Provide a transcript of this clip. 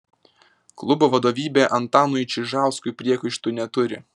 klubo vadovybė antanui čižauskui priekaištų neturi